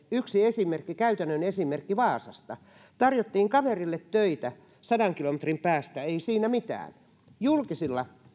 yksi käytännön esimerkki vaasasta tarjottiin kaverille töitä sadan kilometrin päästä ei siinä mitään julkisilla